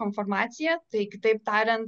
konformaciją tai kitaip tariant